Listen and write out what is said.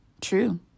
true